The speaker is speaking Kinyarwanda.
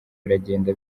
biragenda